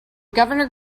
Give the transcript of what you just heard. governor